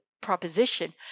proposition